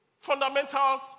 fundamentals